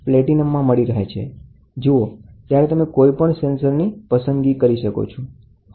જુઓ જ્યારે તમે કોઈ પણ સેન્સરની પસંદગી કરો છો